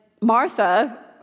Martha